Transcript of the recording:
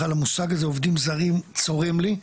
בכלל המושג הזה עובדים זרים צורם לי,